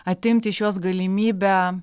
atimti iš jos galimybę